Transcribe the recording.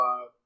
five